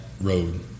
road